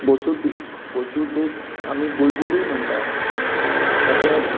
बोचुड्डी बोचुड्डेक आमी बुलबुलूय म्हणटात तशेंच